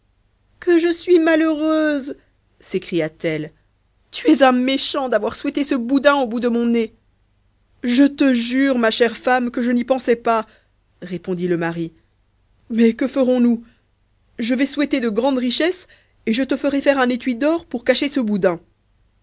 que je suis malheureuse s'écria-t-elle tu es un méchant d'avoir souhaité ce boudin au bout de mon nez je te jure ma chère femme que je n'y pensais pas répondit le mari mais que ferons-nous je vais souhaiter de grandes richesses et je te ferai un étui d'or pour cacher ce boudin